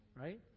right